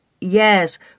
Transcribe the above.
Yes